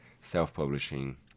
self-publishing